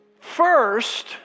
First